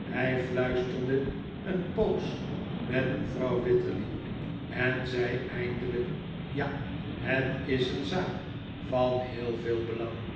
hij fluisterde een poos met mevrouw wititterly en zei eindelijk ja het is een zaak van heel veel belang